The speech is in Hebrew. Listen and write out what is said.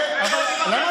לא דיברתי על,